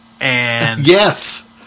Yes